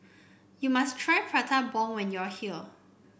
you must try Prata Bomb when you are here